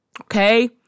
okay